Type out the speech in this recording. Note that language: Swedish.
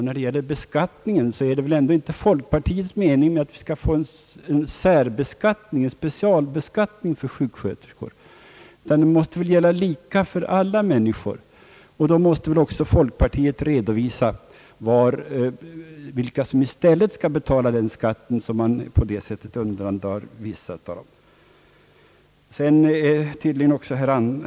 När det gäller beskattningen är det väl ändå inte folkpartiets mening att vi skall få en specialbeskattning för sjuksköterskor, utan beskattningen måste väl gälla lika för alla människor. Folkpartiet måste väl under sådana förhållanden redovisa vilka som i stället skall betala den skatt som man på det sättet befriar en viss kategori från.